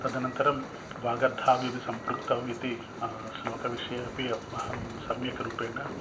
तदनन्तरं वागर्थाविव सम्पृक्तौ इति श्लोकविषये अपि अहं सम्यक् रूपेण